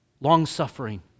long-suffering